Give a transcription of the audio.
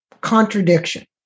contradiction